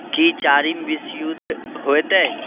की चारिम विश्वयुद्ध होयतै